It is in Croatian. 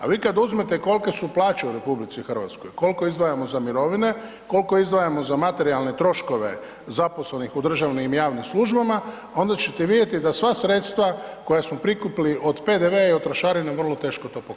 A vi kad uzmete kolike su plaće u RH, koliko izdajemo za mirovine, koliko izdvajamo za materijalne troškove zaposlenih u državnim i javnim službama, onda ćete vidjeti da sva sredstva koja smo prikupili od PDV-a i trošarina vrlo teško to pokrivaju.